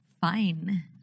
Fine